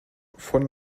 von